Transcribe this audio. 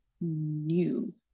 new